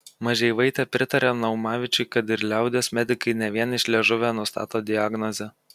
mažeivaitė pritaria naumavičiui kad ir liaudies medikai ne vien iš liežuvio nustato diagnozę